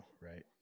right